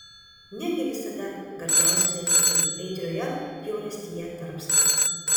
negi visada gardžiausi dalykai aitrioje bjaurastyje tarpsta